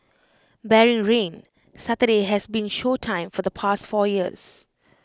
barring rain Saturday has been show time for the past four years